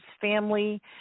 family